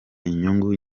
inyungu